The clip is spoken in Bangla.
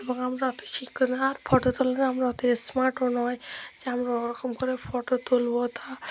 এবং আমরা অত শিক্ষিত না আর ফটো তোলালে আমরা অত স্মার্টও নয় যে আমরা ওরকম করে ফটো তুলবো তা